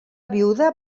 viuda